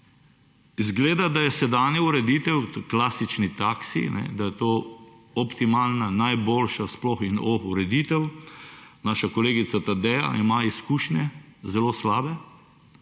Zgleda, da je sedanja ureditev klasični taksiji, da je to optimalna, najboljša sploh in oh ureditev, naša kolegica Tadeja ima izkušnje zelo slabe,